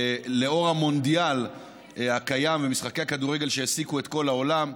לאור המונדיאל הקיים ומשחקי הכדורגל שהעסיקו את כל העולם,